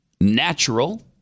natural